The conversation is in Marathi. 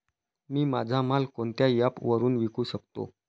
मी माझा माल कोणत्या ॲप वरुन विकू शकतो?